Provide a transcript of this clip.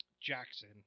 Jackson